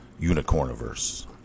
Unicorniverse